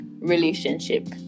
relationship